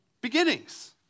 Beginnings